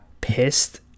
pissed